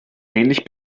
ähnlich